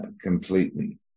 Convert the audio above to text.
completely